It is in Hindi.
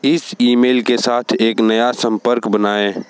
इस ईमेल के साथ एक नया संपर्क बनाएँ